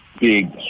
Big